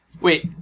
Wait